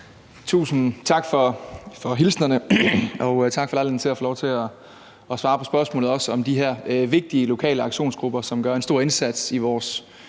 Tusind tak for hilsnerne, og også tak for lejligheden til at få lov til at svare på spørgsmålet om de her vigtige lokale aktionsgrupper, som gør en stor indsats i vores